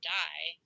die